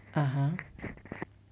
(uh huh)